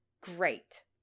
Great